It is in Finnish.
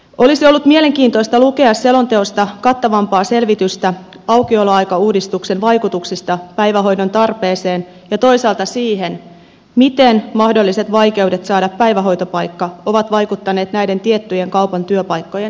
olisi ollut mielenkiintoista lukea selonteosta kattavampaa selvitystä aukioloaikauudistuksen vaikutuksista päivähoidon tarpeeseen ja toisaalta siihen miten mahdolliset vaikeudet saada päivähoitopaikka ovat vaikuttaneet näiden tiettyjen kaupan työpaikkojen hakemiseen